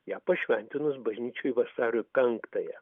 ją pašventinus bažnyčioj vasario penktąją